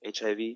HIV